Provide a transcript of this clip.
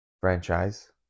franchise